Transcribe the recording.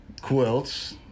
quilts